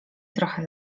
trochę